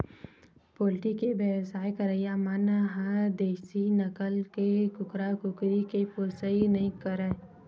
poultry के बेवसाय करइया मन ह देसी नसल के कुकरा, कुकरी के पोसइ नइ करय